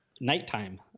nighttime